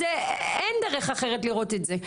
אין דרך אחרת לראות את זה.